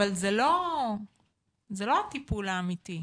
אבל זה לא הטיפול האמיתי,